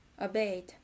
obeyed